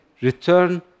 return